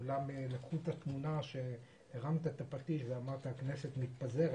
כולם לקחו את התמונה שלך כשהרמת את הפטיש ואמרת שהכנסת מתפזרת.